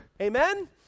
Amen